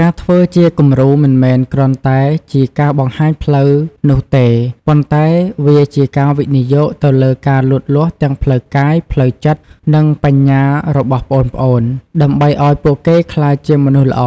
ការធ្វើជាគំរូមិនមែនគ្រាន់តែជាការបង្ហាញផ្លូវនោះទេ ប៉ុន្តែវាជាការវិនិយោគទៅលើការលូតលាស់ទាំងផ្លូវកាយ ផ្លូវចិត្ត និងបញ្ញារបស់ប្អូនៗ ដើម្បីឱ្យពួកគេក្លាយជាមនុស្សល្អ